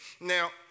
Now